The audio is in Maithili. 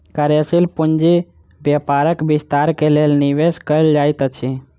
कार्यशील पूंजी व्यापारक विस्तार के लेल निवेश कयल जाइत अछि